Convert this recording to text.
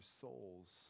souls